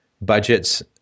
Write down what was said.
budgets